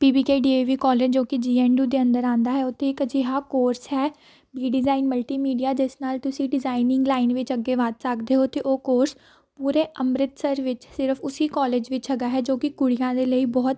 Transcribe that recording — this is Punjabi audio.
P V K D A V college ਜੋ ਕਿ ਜੀ ਐੱਨ ਯੂ ਦੇ ਅੰਦਰ ਆਉਂਦਾ ਹੈ ਉੱਥੇ ਇੱਕ ਅਜਿਹਾ ਕੋਰਸ ਹੈ ਬੀ ਡਿਜ਼ਾਈਨ ਮਲਟੀਮੀਡੀਆ ਜਿਸ ਨਾਲ ਤੁਸੀਂ ਡਿਜ਼ਾਇਨਿੰਗ ਲਾਈਨ ਵਿੱਚ ਅੱਗੇ ਵੱਧ ਸਕਦੇ ਹੋ ਅਤੇ ਉਹ ਕੋਰਸ ਪੂਰੇ ਅੰਮ੍ਰਿਤਸਰ ਵਿੱਚ ਸਿਰਫ਼ ਉਸੀ ਕੋਲਜ ਵਿੱਚ ਹੈਗਾ ਹੈ ਜੋ ਕਿ ਕੁੜੀਆਂ ਦੇ ਲਈ ਬਹੁਤ